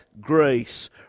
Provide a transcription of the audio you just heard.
grace